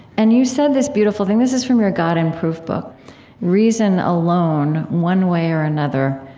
and you said this beautiful thing this is from your god in proof book reason alone, one way or another,